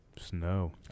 Snow